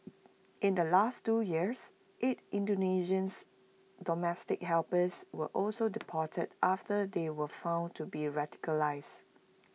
in the last two years eight Indonesians domestic helpers were also deported after they were found to be radicalised